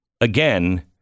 Again